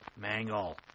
Mangle